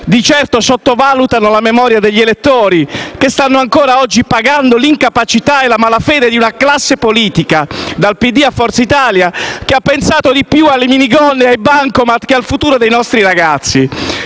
Di certo, sottovalutano la memoria degli elettori, che ancora oggi stanno pagando l'incapacità e la malafede di una classe politica che, dal PD a Forza Italia, ha pensato più alle minigonne e ai bancomat che al futuro dei nostri ragazzi.